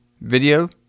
video